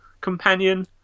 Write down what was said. companion